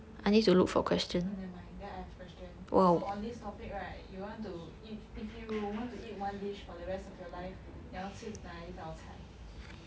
then never mind then I have question so on this topic right you want to if if you want to eat one dish for the rest of your life 你要吃哪一道菜